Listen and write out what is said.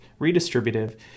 Redistributive